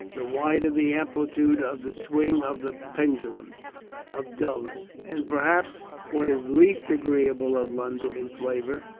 the wider the amplitude of the swing of the pendulum of dulness. and perhaps what is least agreeable of london in flavour,